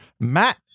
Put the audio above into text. Matt